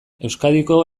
euskadiko